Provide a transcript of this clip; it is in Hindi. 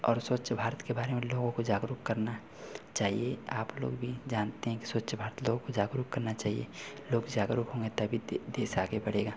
और स्वच्छ भारत के बारे में लोगों को जागरूक करना है चाहिए आप लोग भी जानते हैं कि स्वच्छ भारत लोगों को जागरूक करना चाहिए लोग जागरूक होंगे तभी तो यह देश आगे बढ़ेगा